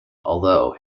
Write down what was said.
although